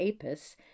Apis